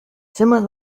zenbat